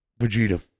Vegeta